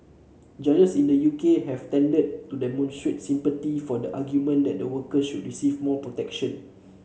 judges in the U K have tended to demonstrate sympathy for the argument that the worker should receive more protection